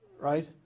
Right